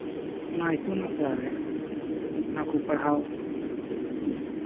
ᱚᱱᱟ ᱤᱛᱩᱱ ᱟᱥᱲᱟᱨᱮ ᱚᱱᱟ ᱠᱚ ᱯᱟᱲᱦᱟᱣ